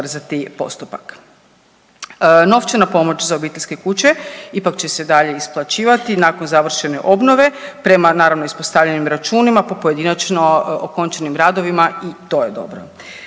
ubrzati postupak. Novčana pomoć za obiteljske kuće ipak će se dalje isplaćivati nakon završene obnove, prema, naravno, ispostavljenim računima po pojedinačno okončanim radovima i to je dobro.